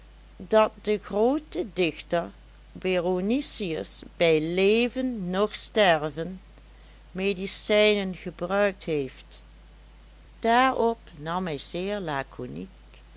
dat de groote dichter beronicius bij leven noch sterven medicijnen gebruikt heeft daarop nam hij zeer laconiek